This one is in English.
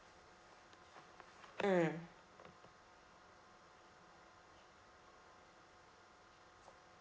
mm